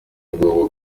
ngombwa